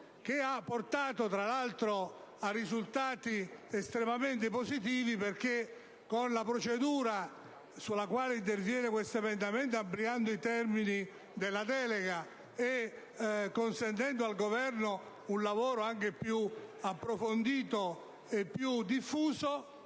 che ha portato, tra l'altro, a risultati estremamente positivi. Infatti, la procedura sulla quale interviene questo emendamento, ampliando i termini della delega e consentendo al Governo un lavoro anche più approfondito e più diffuso,